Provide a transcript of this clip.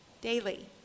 daily